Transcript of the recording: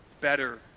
better